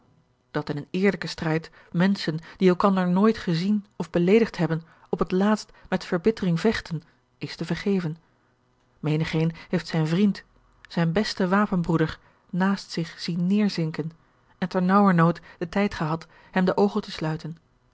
dat in een eerlijken strijd menschen die elkander nooit gezien of beleedigd hebben op het laatst met verbittering vechten is te vergeven menigeen heeft zijn vriend zijn besten wapenbroeder naast zich zien neêrzinken en te naauwernood den tijd gehad hem de oogen te sluiten